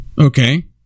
Okay